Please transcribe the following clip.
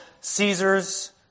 Caesar's